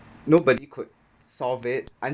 nobody could solve it